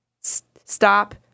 stop